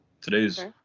today's